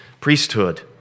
priesthood